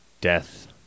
death